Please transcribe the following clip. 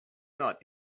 not